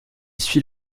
suit